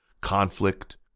conflict